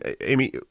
Amy